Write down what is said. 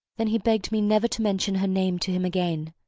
then he begged me never to mention her name to him again.